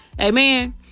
amen